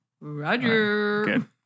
Roger